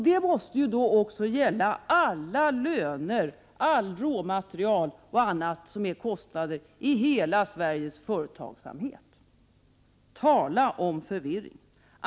Det måste gälla alla löner, allt råmaterial och allt annat som är kostnader för hela Sveriges företagsamhet. Tala om förvirring!